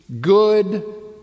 Good